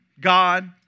God